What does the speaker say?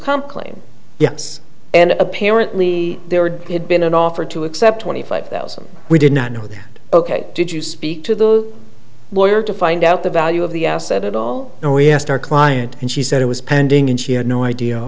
comp claim yes and apparently there had been an offer to accept twenty five thousand we did not know that ok did you speak to the lawyer to find out the value of the asset at all and we asked our client and she said it was pending and she had no idea